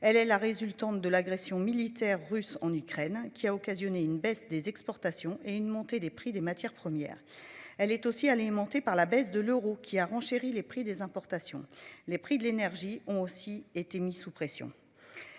Elle est la résultante de l'agression militaire russe en Ukraine qui a occasionné une baisse des exportations et une montée des prix des matières premières. Elle est aussi alimentée par la baisse de l'euro qui a renchéri les prix des importations. Les prix de l'énergie ont aussi été mis sous pression.